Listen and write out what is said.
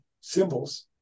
symbols